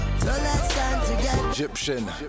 Egyptian